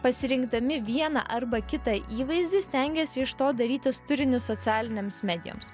pasirinkdami vieną arba kitą įvaizdį stengiasi iš to darytis turinį socialinėms medijoms